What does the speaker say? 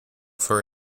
for